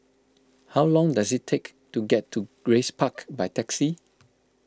how long does it take to get to Grace Park by taxi